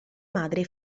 madre